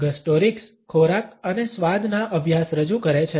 0053 ગસ્ટોરિક્સ ખોરાક અને સ્વાદના અભ્યાસ રજૂ કરે છે